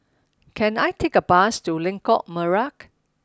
can I take a bus to Lengkok Merak